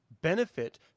benefit